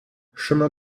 chemin